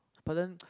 but then